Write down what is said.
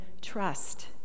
trust